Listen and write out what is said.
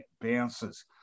bounces